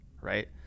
right